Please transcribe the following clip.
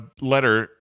letter